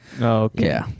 Okay